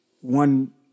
one